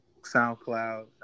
SoundCloud